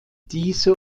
diese